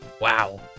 wow